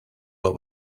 what